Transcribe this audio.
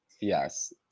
Yes